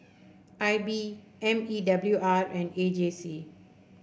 I B M E W R and A J C